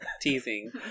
Teasing